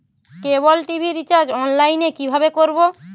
কেবল TV recharge online এ কিভাবে করব?